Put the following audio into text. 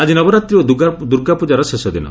ଆଜି ନବରାତ୍ରୀ ଓ ଦୁର୍ଗାପ୍ରଜାର ଶେଷଦିନ